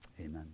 Amen